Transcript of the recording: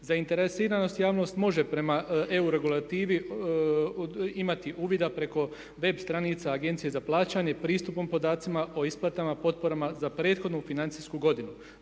Zainteresirana javnost može prema euro regulativi imati uvida preko web stranica Agencije za plaćanje pristupom podacima o isplatama, potporama za prethodnu financijsku godinu.